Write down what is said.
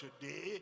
today